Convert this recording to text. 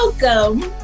Welcome